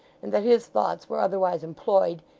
and that his thoughts were otherwise employed,